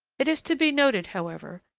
it is to be noted, however,